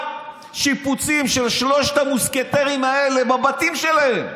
רק שיפוצים של שלושת המוסקטרים האלה בבתים שלהם,